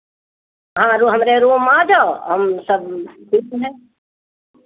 हाँ हमरे रूम में आ जाओ और हमरे रूम में हम सब देत हैं